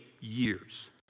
years